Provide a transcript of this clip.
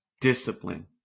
discipline